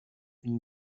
une